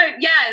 Yes